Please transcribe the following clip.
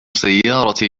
سيارتي